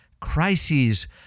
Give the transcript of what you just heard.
crises